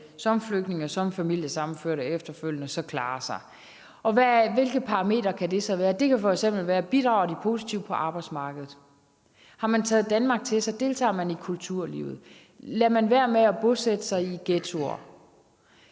som flygtninge, som familiesammenførte, efterfølgende klarer sig. Og hvilke parametre kan det så være? Det kan f.eks. være: Bidrager de positivt på arbejdsmarkedet? Har de taget Danmark til sig? Deltager de i kulturlivet? Lader de være med at bosætte sig i ghettoer?